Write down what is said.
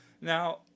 now